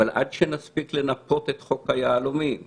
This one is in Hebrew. אבל עד שנספיק לנפות את חוק היהלומים וכו'